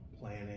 planning